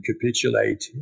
capitulate